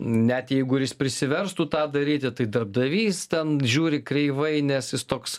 net jeigu jis prisiverstų tą daryti tai darbdavys ten žiūri kreivai nes jis toks